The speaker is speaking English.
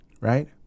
right